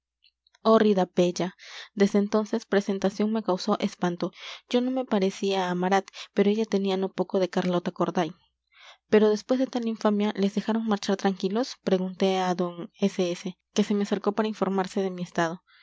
hórrida bella desde entonces presentación me causó espanto yo no me parecía a marat pero ella tenía no poco de carlota corday pero después de tal infamia les dejaron marchar tranquilos pregunté a d s s que se me acercó para informarse de mi estado